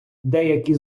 деякі